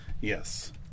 Yes